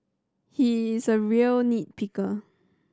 he is a real nit picker